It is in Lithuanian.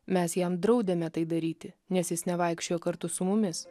mes jam draudėme tai daryti nes jis nevaikščiojo kartu su mumis